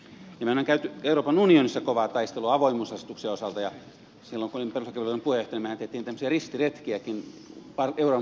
mehän olemme käyneet euroopan unionissa kovaa taistelua avoimuusasetuksen osalta ja silloin kun olin perustuslakivaliokunnan puheenjohtaja mehän teimme tämmöisiä ristiretkiäkin euroopan parlamenttiin